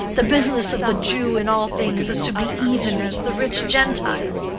the business of the jew in all things is to be even as the rich gentile.